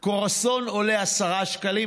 קרואסון עולה 10 שקלים,